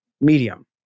medium